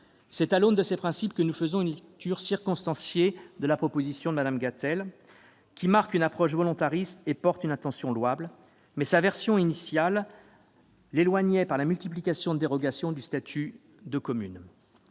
C'est à l'aune de ces principes que nous faisons une lecture circonstanciée de la proposition de loi de Mme Gatel, qui marque une approche volontariste et manifeste une attention louable, mais dont la version initiale, par la multiplicité des dérogations, s'écartait du statut de commune.